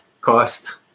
cost